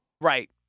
Right